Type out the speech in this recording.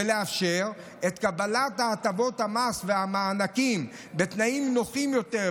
ולאפשר את קבלת הטבות המס והמענקים בתנאים נוחים יותר,